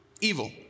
evil